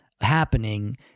happening